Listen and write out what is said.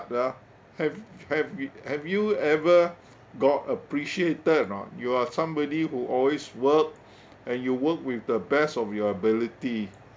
ah have have y~ have you ever got appreciated or not you are somebody who always work and you work with the best of your ability